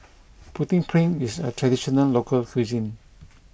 Putu Piring is a traditional local cuisine